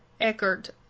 Eckert